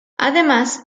además